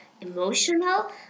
emotional